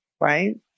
Right